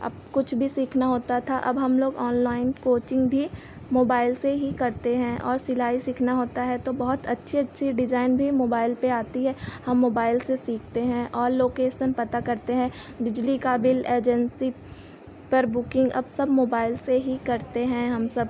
अब कुछ भी सीखना होता था अब हम लोग ऑनलाइन कोचिंग भी मोबाइल से ही करते हैं और सिलाई सीखना होता है तो बहुत अच्छी अच्छी डिज़ाइन भी मोबाइल पर आती है हम मोबाइल से सीखते हैं और लोकेसन पता करते हैं बिजली का बिल एजेन्सी पर बुकिंग अब सब मोबाइल से ही करते हैं हम सब